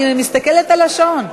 אני מסתכלת על השעון.